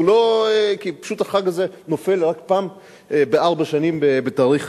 כי פשוט החג הזה נופל רק פעם בארבע שנים בתאריך